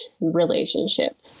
relationship